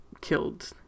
killed